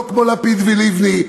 לא כמו לפיד ולבני,